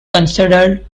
considered